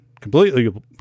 completely